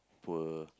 poor